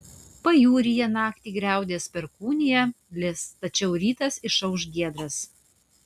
pajūryje naktį griaudės perkūnija lis tačiau rytas išauš giedras